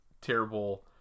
terrible